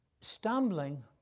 stumbling